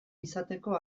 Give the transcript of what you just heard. izateko